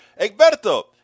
Egberto